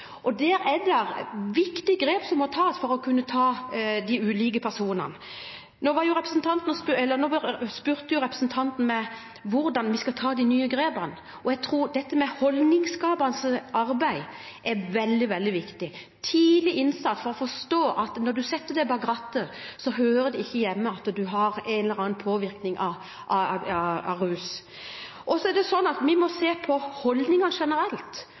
og der må det tas viktige grep for å kunne ta de ulike personene. Nå spurte jo representanten meg om hvordan vi skal ta de nye grepene. Jeg tror dette med holdningsskapende arbeid er veldig, veldig viktig – tidlig innsats for å forstå at når en setter seg bak rattet, hører det ikke hjemme å ha en eller annen ruspåvirkning. Og så må vi se på holdninger generelt